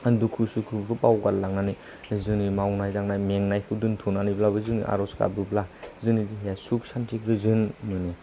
दुखु सुखु बेखौ बावगार लांनानै जोंनि मावनाय दांनाय मेंनायखौ दोनथ'नानैब्लाबो जोङो आर'ज गाबोब्ला जोंनि देहाया सुख सान्थि गोजोन मोनो